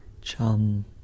Chum